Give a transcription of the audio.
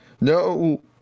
No